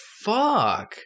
fuck